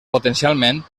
potencialment